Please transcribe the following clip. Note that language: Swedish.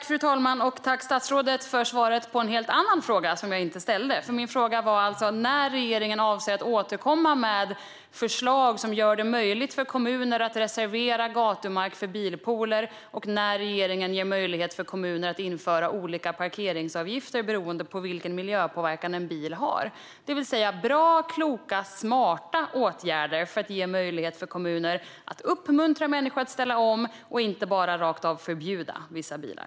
Fru talman! Tack, statsrådet, för svaret på en helt annan fråga än den jag ställde! Min fråga var alltså när regeringen avser att återkomma med förslag som gör det möjligt för kommuner att reservera gatumark för bilpooler och när regeringen ska ge möjlighet för kommuner att införa olika parkeringsavgifter beroende på vilken miljöpåverkan en bil har, det vill säga bra, kloka och smarta åtgärder för att ge kommuner möjlighet att uppmuntra människor att ställa om i stället för att bara rakt av förbjuda vissa bilar.